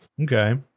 okay